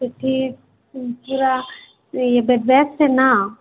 ସେଇଠି ପୁରା ବେଦବ୍ୟାସ ସିନା